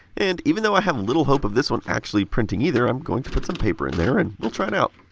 and, even though i have little hope of this one actually printing either, i'm going to put some paper in there and we'll try it out.